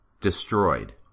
destroyed